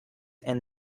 and